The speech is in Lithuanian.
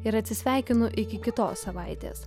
ir atsisveikinu iki kitos savaitės